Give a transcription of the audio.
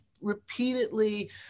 repeatedly